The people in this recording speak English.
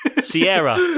Sierra